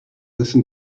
listen